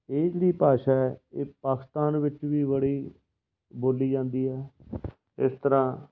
ਇਹ ਜਿਹੜੀ ਭਾਸ਼ਾ ਹੈ ਇਹ ਪਾਕਿਸਤਾਨ ਵਿੱਚ ਵੀ ਬੜੀ ਬੋਲੀ ਜਾਂਦੀ ਹੈ ਇਸ ਤਰ੍ਹਾਂ